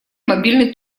мобильный